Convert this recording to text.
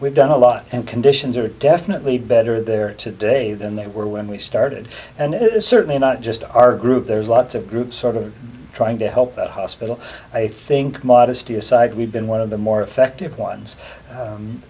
we've done a lot and conditions are definitely better there today than they were when we started and it is certainly not just our group there's lots of groups sort of trying to help the hospital i think modesty aside we've been one of the more effective ones